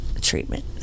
treatment